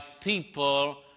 people